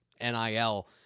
NIL